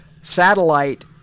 satellite